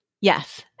Yes